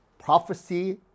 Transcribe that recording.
prophecy